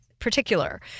particular